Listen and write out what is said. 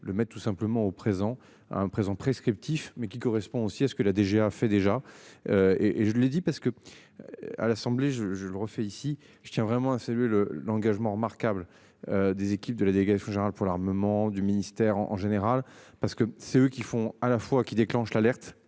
veille le tout simplement au présent un présent prescriptif mais qui correspond aussi à ce que la DGA fait déjà. Et et je l'ai dit parce que. À l'Assemblée, je le refais ici je tiens vraiment c'est lui le l'engagement remarquable. Des équipes de la délégation générale pour l'armement du ministère en général parce que c'est eux qui font à la fois qui déclenche l'alerte,